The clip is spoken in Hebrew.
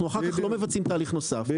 אנחנו אחר כך לא מבצעים תהליך נוסף,